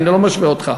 אני לא משווה אותך,